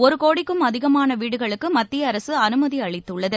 ஒரு கோடிக்கும் அதிகமான வீடுகளுக்கு மத்திய அரசு அனுமதி அளித்துள்ளது